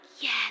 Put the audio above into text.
yes